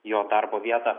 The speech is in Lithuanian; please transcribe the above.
jo darbo vietą